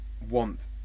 want